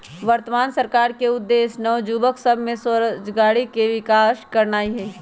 वर्तमान सरकार के उद्देश्य नओ जुबक सभ में स्वरोजगारी के विकास करनाई हई